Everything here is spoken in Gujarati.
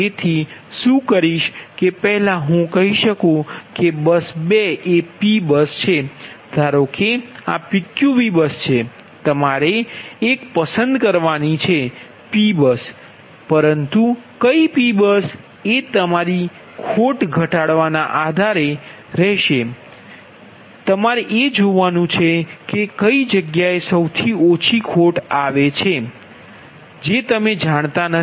તેથી શું કરીશ કે પહેલાં હું કહી શકું છું કે બસ 2 એ P બસ છે ધારો કે આ PQV બસ છે તમારે એકપસંદ કરવાની છે P બસ પરંતુ કઈ P બસ એ તમારી ખોટ ઘટાડવાના આધારે બેઝ બસ હશે જે તમે જાણતા નથી